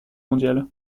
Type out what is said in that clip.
mondial